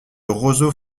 roseaux